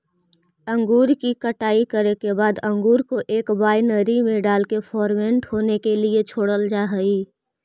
अंगूर की कटाई करे के बाद अंगूर को एक वायनरी में डालकर फर्मेंट होने के लिए छोड़ल जा हई